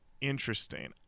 interesting